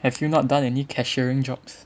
have you not done any cashiering jobs